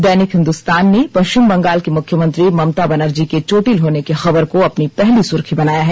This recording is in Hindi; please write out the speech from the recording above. दैनिक हिन्दुस्तान ने पश्चिम बंगाल की मुख्यमंत्री ममता बनर्जी के चोटिल होने की खबर को अपनी पहली सुर्खी बनाया है